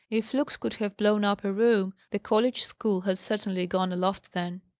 if looks could have blown up a room, the college school had certainly gone aloft then.